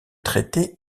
traité